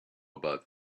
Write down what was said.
about